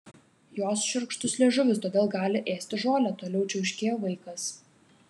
jos šiurkštus liežuvis todėl gali ėsti žolę toliau čiauškėjo vaikas